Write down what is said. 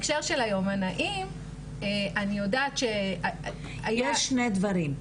יש שני דברים,